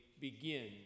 begin